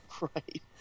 Right